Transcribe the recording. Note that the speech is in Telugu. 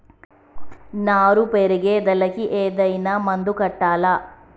నారు పెరిగే దానికి ఏదైనా మందు కొట్టాలా?